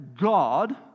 God